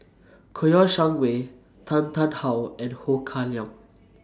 Kouo Shang Wei Tan Tarn How and Ho Kah Leong